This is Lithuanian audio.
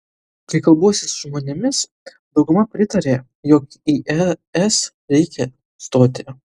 kai kalbuosi su žmonėmis dauguma pritaria jog į es reikia stoti